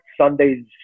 Sunday's